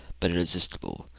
but irresistible.